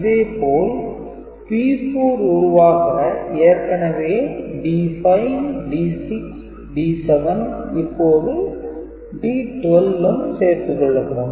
இதே போல் P4 உருவாக ஏற்கனவே D5 D6 D7 இப்போது D12 ம் சேர்த்துக்கொள்ளப்படும்